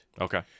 Okay